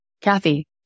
Kathy